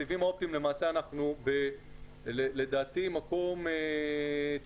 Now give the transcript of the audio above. הסיבים האופטיים, לדעתי אנחנו במקום נמוך.